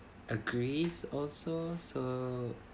agree also so